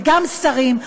וגם שרים,